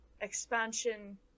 expansion